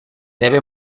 debe